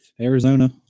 Arizona